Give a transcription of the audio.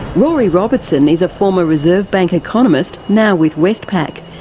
rory robertson is a former reserve bank economist now with westpac.